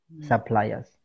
suppliers